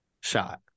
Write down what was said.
Shot